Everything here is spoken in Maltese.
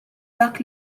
dak